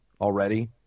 already